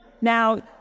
Now